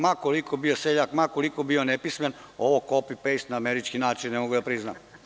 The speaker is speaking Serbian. Ma koliko bio seljak, ma koliko bio nepismen ovo „kopi-pejst“ na američki način ne mogu da priznam.